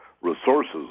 resources